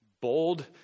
bold